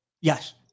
Yes